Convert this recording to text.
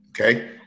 okay